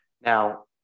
Now